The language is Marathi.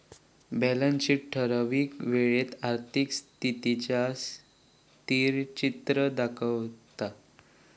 बॅलंस शीट ठरावीक वेळेत आर्थिक स्थितीचा स्थिरचित्र दाखवता